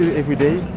every day.